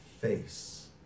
face